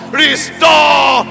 restore